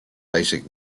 basic